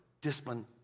discipline